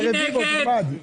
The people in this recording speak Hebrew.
מי נגד?